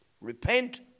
Repent